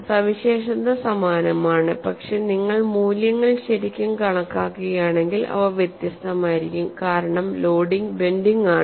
സവിശേഷത സമാനമാണ് പക്ഷേ നിങ്ങൾ മൂല്യങ്ങൾ ശരിക്കും കണക്കാക്കുകയാണെങ്കിൽ അവ വ്യത്യസ്തമായിരിക്കും കാരണം ലോഡിംഗ് ബെൻഡിങ് ആണ്